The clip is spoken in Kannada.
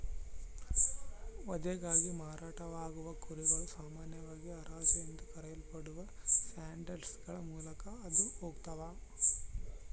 ವಧೆಗಾಗಿ ಮಾರಾಟವಾಗುವ ಕುರಿಗಳು ಸಾಮಾನ್ಯವಾಗಿ ಹರಾಜು ಎಂದು ಕರೆಯಲ್ಪಡುವ ಸೇಲ್ಯಾರ್ಡ್ಗಳ ಮೂಲಕ ಹಾದು ಹೋಗ್ತವ